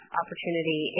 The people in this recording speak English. opportunity